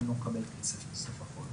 אני לא מקבל כסף בסוף החודש.